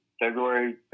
February